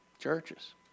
Churches